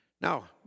Now